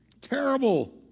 Terrible